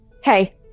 Hey